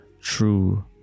true